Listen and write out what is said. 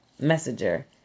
Messenger